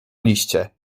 liście